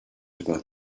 about